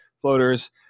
floaters